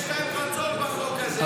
יש להם רצון בחוק הזה,